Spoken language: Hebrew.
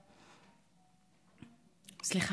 סליחה,